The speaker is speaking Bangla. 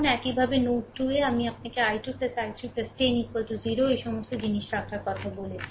একইভাবে নোড 2 এ আমি আপনাকে i2 i3 10 0 এই সমস্ত জিনিস রাখার কথা বলেছি